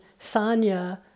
sanya